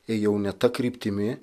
ėjau ne ta kryptimi